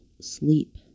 sleep